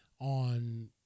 on